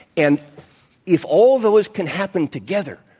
and if all those can happen together,